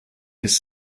his